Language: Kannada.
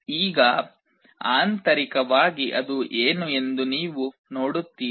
ಈಗ ಆಂತರಿಕವಾಗಿ ಅದು ಏನು ಎಂದು ನೀವು ನೋಡುತ್ತೀರಿ